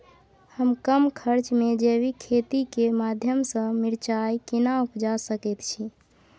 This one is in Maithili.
हम कम खर्च में जैविक खेती के माध्यम से मिर्चाय केना उपजा सकेत छी?